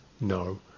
No